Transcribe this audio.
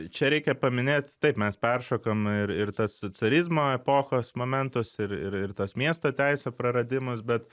čia reikia paminėt taip mes peršokom ir ir tuos carizmo epochos momentus ir ir tuos miesto teisių praradimus bet